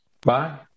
Bye